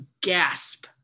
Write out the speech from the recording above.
gasp